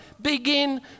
begin